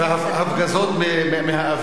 והפגזות מהאוויר,